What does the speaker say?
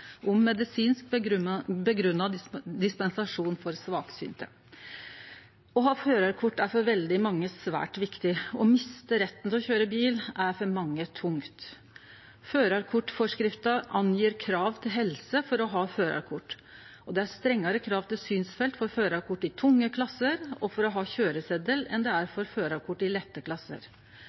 om medisinsk grunngjeven dispensasjon for svaksynte. Å ha førarkort er for veldig mange svært viktig. Å miste retten til å køyre bil er for mange tungt. Førarkortforskrifta angjev krav til helse for å ha førarkort, og det er strengare krav til synsfelt for førarkort i tunge klasser, og for å ha køyresetel, enn det er for førarkort i lette klasser.